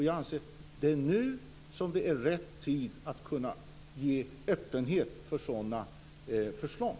Jag anser att det nu är rätt tid för öppenhet för sådana förslag.